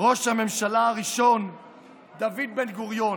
ראש הממשלה הראשון דוד בן-גוריון: